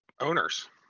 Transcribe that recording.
owners